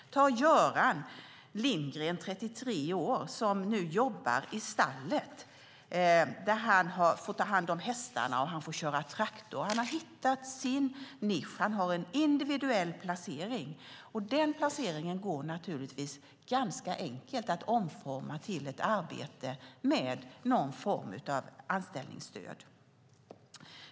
Göran Lindgren, 33 år, jobbar nu i stallet där han får ta hand om hästarna och köra traktor. Han har hittat sin nisch. Han har en individuell placering, och den går ganska enkelt att omforma till ett arbete med någon form av anställningsstöd.